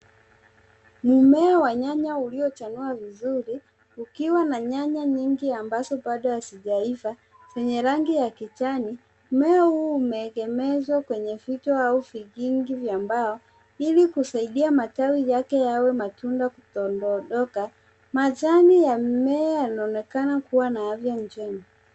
Mmea wa nyanya ulio chanua vizuri ukiwa na nyanya nyingi ambazo bado hazijaiva zenye rangi ya kijani. Mma huu umeegemezwa kwenye vito au vikingi vya mbao ili kusaidia matawi yake yawe matunda kutodondoka. Majani ya mmea yanaonekan kuwa na afya njema.